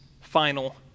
final